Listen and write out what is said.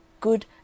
good